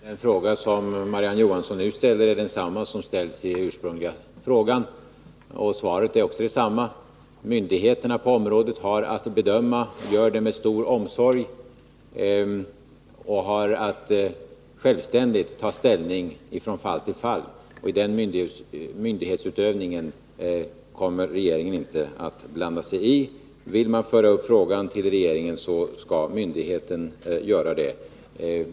Herr talman! Den fråga som Marie-Ann Johansson nu ställer är densamma som ställdes i den ursprungliga frågan. Svaret är också detsamma. Myndigheten på området har att självständigt ta ställning från fall till fall och gör det med stor omsorg. Den myndighetsutövningen kommer regeringen inte att blanda sig i. Vill myndigheten föra upp frågan till regeringen kan den göra det.